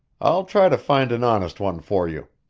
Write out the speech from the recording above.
i'll try to find an honest one for you,